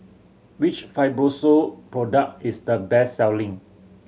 which Fibrosol product is the best selling